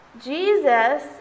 Jesus